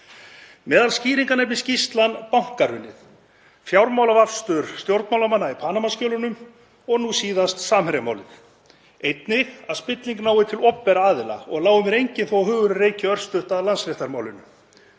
Meðal skýringa nefnir skýrslan bankahrunið, fjármálavafstur stjórnmálamanna í Panama-skjölunum og nú síðast Samherjamálið, einnig að spilling nái til opinberra aðila. Lái mér enginn þó að hugurinn reiki örstutt að Landsréttarmálinu.